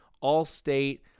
all-state